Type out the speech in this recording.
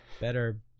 Better